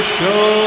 Show